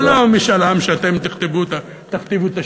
אבל למה משאל עם שאתם תכתיבו את השאלות?